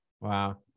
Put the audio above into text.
Wow